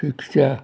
rickshaw